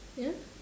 ya